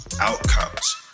outcomes